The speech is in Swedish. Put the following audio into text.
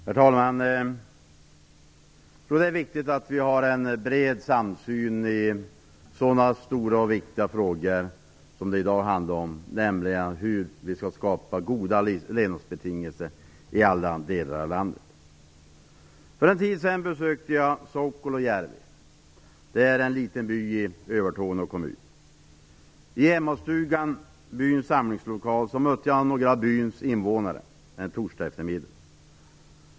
Herr talman! Jag tror att det är viktigt att vi har en bred samsyn i så stora och viktiga frågor som det i dag handlar om, nämligen hur vi skall skapa goda levnadsbetingelser i alla delar av landet. För en tid sedan besökte jag Suokolojärvi, en liten by i Övertorneå kommun. I Emmastugan, byns samlingslokal, mötte jag några av byns invånare en torsdagseftermiddag.